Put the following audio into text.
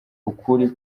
ukuri